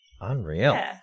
Unreal